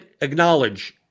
acknowledge